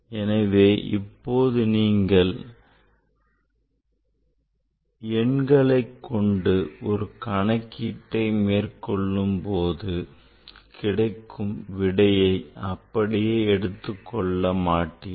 எனவே இப்போது நீங்கள் எண்களை கொண்டு ஒரு கணக்கீட்டை மேற்கொள்ளும் போது கிடைக்கும் விடையை அப்படியே எடுத்துக் கொள்ள மாட்டீர்கள்